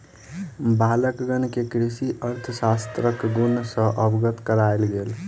बालकगण के कृषि अर्थशास्त्रक गुण सॅ अवगत करायल गेल